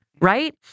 right